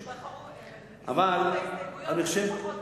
הם הסתכלו על ההסתייגויות הכי פחות משמעותיות,